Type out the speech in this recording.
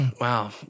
Wow